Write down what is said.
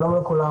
שלום לכולם,